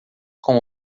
com